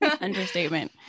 Understatement